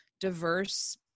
diverse